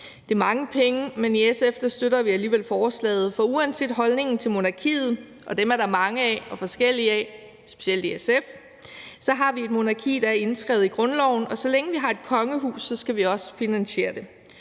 Det er mange penge, men i SF støtter vi alligevel forslaget, for uanset holdningen til monarkiet – og dem er der mange af og forskellige af, specielt i SF – har vi et monarki, der er indskrevet i grundloven. Så længe vi har et kongehus, skal vi også finansiere det.